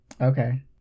Okay